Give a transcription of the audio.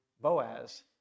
Boaz